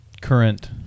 current